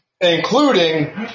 including